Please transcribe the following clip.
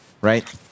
right